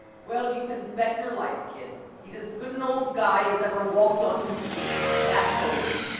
well, yuh can bet your life, kid, he's as good an old guy as ever walked on two feet. that goes!